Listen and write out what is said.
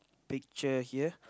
picture here